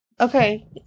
Okay